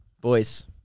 Boys